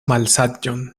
malsaĝon